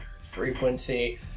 frequency